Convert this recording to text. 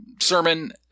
sermon